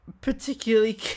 particularly